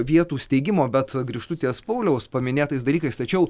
vietų steigimo bet grįžtu ties pauliaus paminėtais dalykais tačiau